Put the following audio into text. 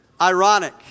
Ironic